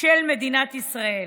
של מדינת ישראל.